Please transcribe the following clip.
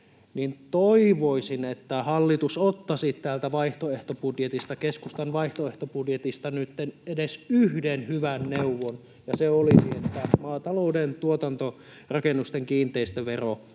niin toivoisin, että hallitus ottaisi täältä keskustan vaihtoehtobudjetista nytten edes yhden hyvän neuvon, ja se olisi se, että maatalouden tuotantorakennusten kiinteistövero